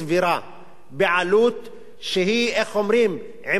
בעלות שהיא בראייה סוציאלית.